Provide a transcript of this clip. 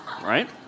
Right